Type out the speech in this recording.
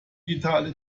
digitale